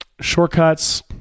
shortcuts